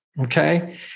Okay